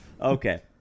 Okay